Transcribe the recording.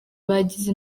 bagize